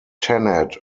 tenet